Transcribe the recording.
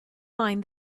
mind